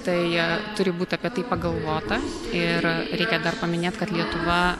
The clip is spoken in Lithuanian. tai turi būt apie tai pagalvota ir reikia dar paminėt kad lietuva